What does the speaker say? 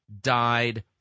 died